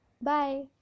Bye